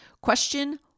Question